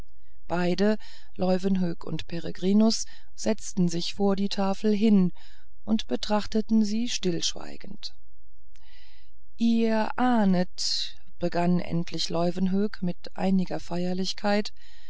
beide leuwenhoek und peregrinus setzten sich vor die tafel hin und betrachteten sie stillschweigend ihr ahnet begann endlich leuwenhoek mit einiger feierlichkeit